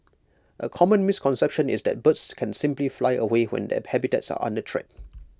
A common misconception is that birds can simply fly away when their habitats are under threat